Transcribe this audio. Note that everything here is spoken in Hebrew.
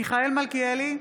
מיכאל מלכיאלי,